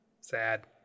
Sad